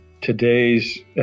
today's